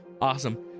Awesome